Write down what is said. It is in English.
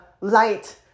light